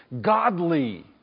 godly